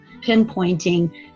pinpointing